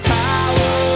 power